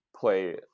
play